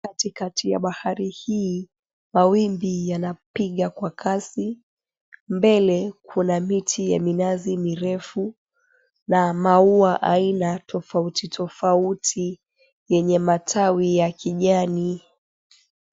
Katikati ya bahari hii mawimbi yanapiga kwa kasi. Mbele kuna miti ya minazi mirefu na maua aina tofauti tofauti yenye matawi ya kijani.